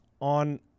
on